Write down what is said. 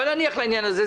אבל נניח לעניין הזה.